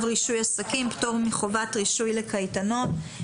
רישוי עסקים (פטור מחובת רישוי לקייטנות).